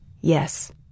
yes